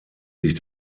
sich